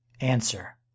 Answer